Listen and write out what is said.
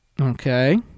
Okay